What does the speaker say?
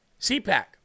CPAC